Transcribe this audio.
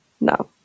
No